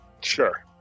Sure